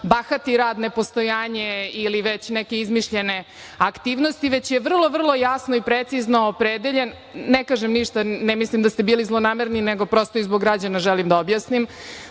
bahati rad, nepostojanje ili već neke izmišljene aktivnosti, već je vrlo jasno i precizno opredeljen, ne kažem ništa, ne mislim da ste bili zlonamerni, nego, prosto, i zbog građana želim da objasnim,